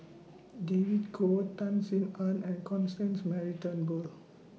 David Kwo Tan Sin Aun and Constance Mary Turnbull